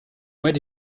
where